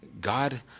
God